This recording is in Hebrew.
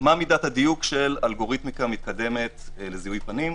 מה מידת הדיוק של אלגוריתמיקה מתקדמת לזיהוי פנים,